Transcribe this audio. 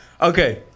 Okay